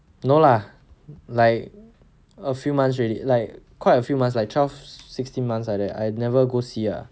no lah like a few months already like quite a few months like twelve sixteen months like that I never go see ah